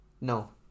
no